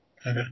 Okay